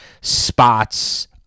spots